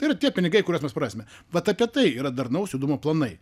ir tie pinigai kuriuos mes prarasime vat apie tai yra darnaus judumo planai